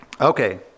okay